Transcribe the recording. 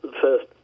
first